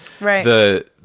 Right